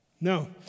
No